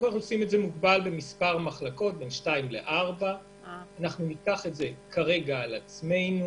נעשה פיילוט מוגבל במספר מחלקות 2 4 אנחנו ניקח את זה כרגע על עצמנו